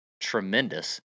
tremendous